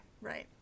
Right